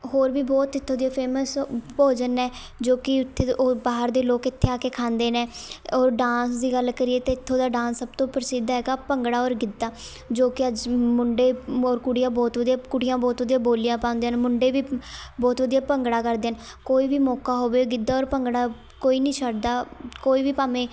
ਹੋਰ ਵੀ ਬਹੁਤ ਇੱਥੋਂ ਦੀਆਂ ਫੇਮਸ ਭੋਜਨ ਹੈ ਜੋ ਕਿ ਉੱਥੇ ਦੇ ਉਹ ਬਾਹਰ ਦੇ ਲੋਕ ਇੱਥੇ ਆ ਕੇ ਖਾਂਦੇ ਨੇ ਔਰ ਡਾਂਸ ਦੀ ਗੱਲ ਕਰੀਏ ਤਾਂ ਇੱਥੋਂ ਦਾ ਡਾਂਸ ਸਭ ਤੋਂ ਪ੍ਰਸਿੱਧ ਹੈਗਾ ਭੰਗੜਾ ਔਰ ਗਿੱਧਾ ਜੋ ਕਿ ਅੱਜ ਮੁੰਡੇ ਔਰ ਕੁੜੀਆਂ ਬਹੁਤ ਵਧੀਆ ਕੁੜੀਆਂ ਬਹੁਤ ਵਧੀਆ ਬੋਲੀਆਂ ਪਾਉਂਦੀਆਂ ਹਨ ਮੁੰਡੇ ਵੀ ਬਹੁਤ ਵਧੀਆ ਭੰਗੜਾ ਕਰਦੇ ਹਨ ਕੋਈ ਵੀ ਮੌਕਾ ਹੋਵੇ ਗਿੱਧਾ ਔਰ ਭੰਗੜਾ ਕੋਈ ਨਹੀਂ ਛੱਡਦਾ ਕੋਈ ਵੀ ਭਾਵੇਂ